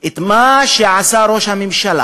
את מה שעשה ראש הממשלה,